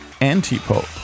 anti-Pope